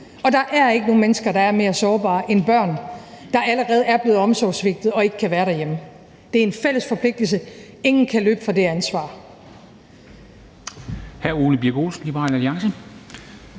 Og der er ikke nogen mennesker, der er mere sårbare end børn, der allerede er blevet omsorgssvigtet og ikke kan være derhjemme. Det er en fælles forpligtelse. Ingen kan løbe fra det ansvar.